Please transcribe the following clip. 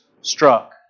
struck